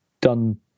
done